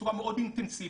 בצורה מאוד אינטנסיבית,